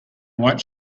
white